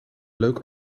leuk